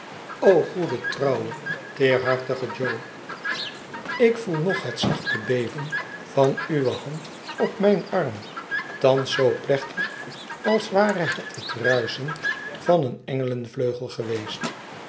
goede trouwe teerhartige jo ik voel nog het zachte beven van uwe hand op mijn arm thans zoo plechtig als ware het het ruischen van een engelenvleugel geweest